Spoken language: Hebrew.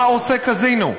מה עושה קזינו?